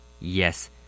yes